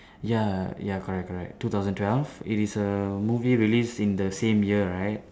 ya ya correct correct two thousand twelve it is a movie released in the same year right